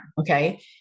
okay